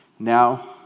Now